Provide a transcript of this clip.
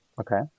Okay